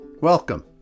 Welcome